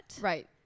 Right